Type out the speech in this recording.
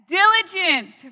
diligence